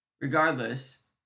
regardless